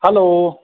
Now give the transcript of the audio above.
hello